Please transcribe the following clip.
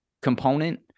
component